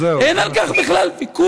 אז זהו, אין על כך בכלל ויכוח.